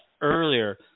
earlier